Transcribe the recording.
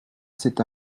cet